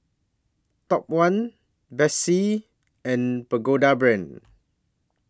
Top one Betsy and Pagoda Brand